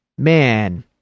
Man